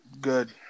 Good